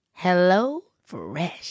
HelloFresh